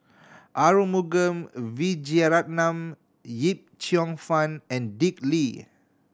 Arumugam Vijiaratnam Yip Cheong Fun and Dick Lee